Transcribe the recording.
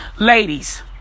Ladies